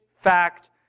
fact